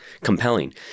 compelling